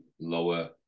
lower